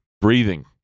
breathing